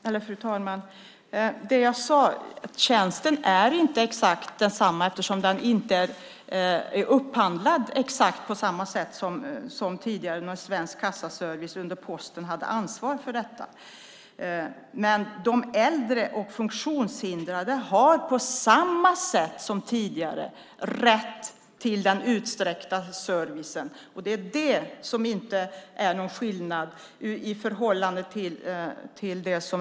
Fru talman! Jag sade att tjänsten inte är exakt densamma eftersom den inte är upphandlad på samma sätt som tidigare då Svensk Kassaservice under Posten hade ansvar. Men de äldre och funktionshindrade har på samma sätt som tidigare rätt till den utsträckta servicen. Där är det ingen skillnad i förhållande till tidigare.